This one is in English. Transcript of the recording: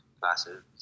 classes